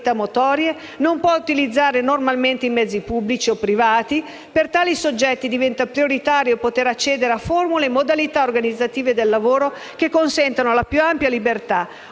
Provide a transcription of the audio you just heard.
non può utilizzare normalmente i mezzi pubblici o privati. Per tali soggetti diventa prioritario poter accedere a formule e modalità organizzative del lavoro che consentano la più ampia libertà